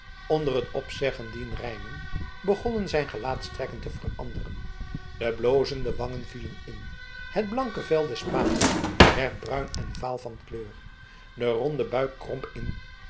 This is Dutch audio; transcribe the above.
onder het opzeggen dier rijmen begonnen zijn gelaatstrekken te veranderen de blozende wangen vielen in het blanke vel des paters werd bruin en vaal van kleur de ronde buik kromp in